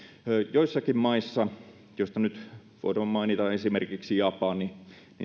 joissakin maissa joista nyt voidaan mainita esimerkiksi japani